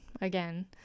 again